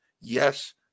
Yes